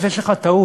אז יש לך טעות.